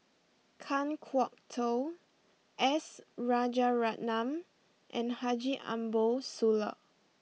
Kan Kwok Toh S Rajaratnam and Haji Ambo Sooloh